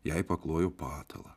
jai paklojo patalą